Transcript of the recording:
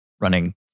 running